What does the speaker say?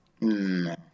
No